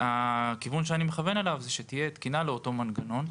הכיוון שאני מכוון אליו הוא שתהיה תקינה לאותו מנגנון,